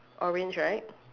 orange right